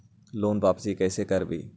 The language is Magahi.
लोन वापसी कैसे करबी?